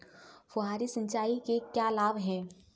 फुहारी सिंचाई के क्या लाभ हैं?